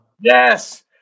Yes